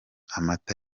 amata